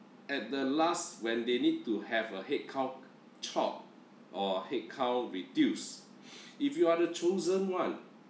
at the last when they need to have a headcount chop or headcount reduce if you are the chosen one